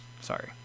sorry